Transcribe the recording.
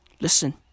Listen